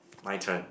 my turn